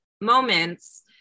moments